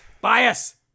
Bias